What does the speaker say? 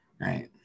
right